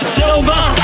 Silver